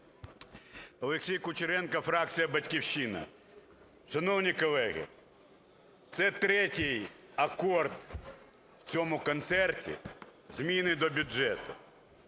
Олексій Кучеренко, фракція "Батьківщина". Шановні колеги, це третій акорд в цьому концерті, зміни до бюджету.